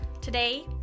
Today